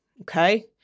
Okay